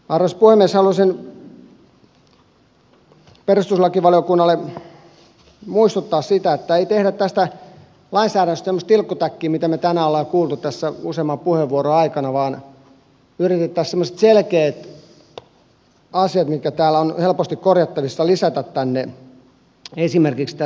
halusin perustuslakivaliokunnalle muistuttaa siitä että ei tehdä tästä lainsäädännöstä semmoista tilkkutäkkiä mistä me tänään olemme kuulleet tässä useamman puheenvuoron aikana vaan yrittäisimme semmoiset selkeät asiat mitkä täällä ovat helposti korjattavissa lisätä tänne